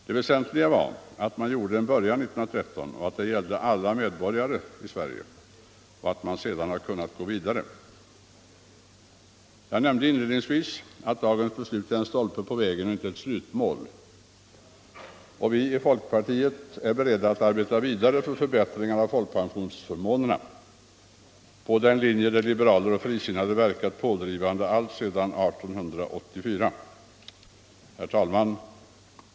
Det väsentliga var att man 1913 under Karl Staaffs regering åstadkom en början och att denna gällde alla medborgare i Sverige. Vi har sedan kunnat gå vidare. Jag nämnde inledningsvis att dagens beslut är en milstolpe på vägen och inte ett slutmål. Vi i folkpartiet är beredda att fortsätta arbeta för förbättringar av folkpensionsförmånerna på den linje där liberaler och frisinnade verkat pådrivande ända sedan 1884. Herr talman!